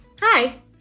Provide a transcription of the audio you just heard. Hi